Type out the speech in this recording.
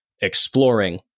exploring